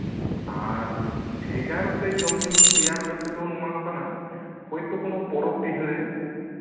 ᱟᱨ ᱵᱷᱮᱜᱟᱨ ᱛᱮ ᱡᱚᱢᱼᱧᱩ ᱛᱮᱭᱟᱨ ᱠᱟᱛᱮᱫ ᱫᱚ ᱱᱚᱶᱟ ᱠᱚ ᱠᱟᱱᱟ ᱦᱚᱭᱛᱳ ᱠᱳᱱᱳ ᱯᱚᱨᱚᱵ ᱯᱤᱦᱟᱹ ᱨᱮ